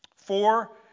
Four